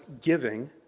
giving